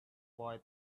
boy